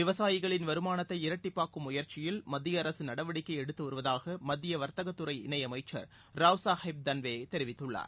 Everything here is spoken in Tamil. விவசாயிகளின் வருமானத்தை இரட்டிப்பாக்கும் முயற்சியில் மத்திய அரசு நடவடிக்கை எடுத்து வருவதாக மத்திய வர்த்தகத்துறை இணையமைச்சர் ராவ்சாகேப் தன்வே தெரிவித்துள்ளார்